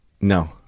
No